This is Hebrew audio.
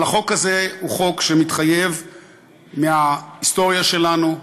החוק הזה הוא חוק שמתחייב מההיסטוריה שלנו,